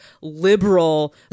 liberal